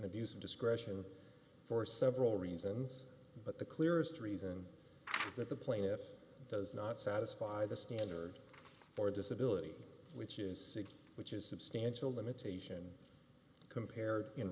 of discretion for several reasons but the clearest reason is that the plaintiff does not satisfy the standard for disability which is which is substantial limitation compared in